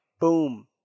Boom